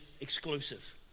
exclusive